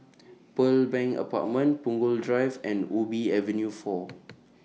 Pearl Bank Apartment Punggol Drive and Ubi Avenue four